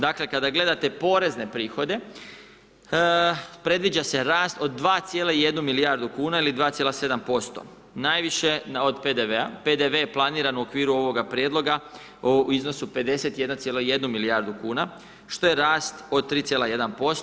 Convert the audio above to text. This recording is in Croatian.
Dakle kada gledate porezne prihode predviđa se rast od 2,1 milijardu kuna ili 2,7%, najviše od PDV-a, PDV je planiran u okviru ovoga prijedloga u iznosu 51,1 milijardu kuna što je rast od 3,1%